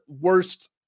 worst